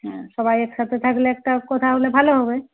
হ্যাঁ সবাই একসাথে থাকলে একটা কথা হলে ভালো হবে